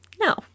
no